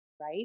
right